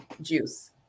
juice